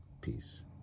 Peace